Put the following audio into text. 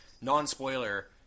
non-spoiler